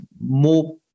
more